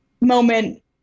moment